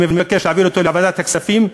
אני מבקש להעביר אותו לוועדת הכספים,